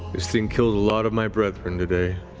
this thing killed a lot of my brethren today.